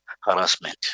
harassment